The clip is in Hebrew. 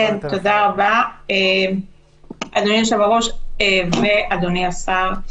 אדוני היושב-ראש ואדוני השר,